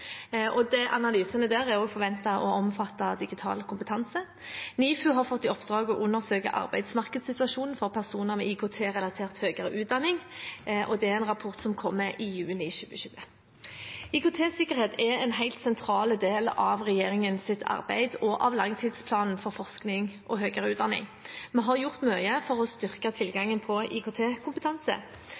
Analysene der er forventet å omfatte digital kompetanse. NIFU har fått i oppdrag å undersøke arbeidsmarkedssituasjonen for personer med IKT-relaterte høyere utdanninger. Den rapporten kommer i juni 2020. IKT-sikkerhet er en helt sentral del av regjeringens arbeid og av langtidsplanen for forskning og høyere utdanning. Vi har gjort mye for å styrke tilgangen på